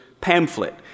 pamphlet